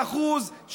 באחוז,